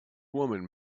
woman